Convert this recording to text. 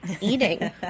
eating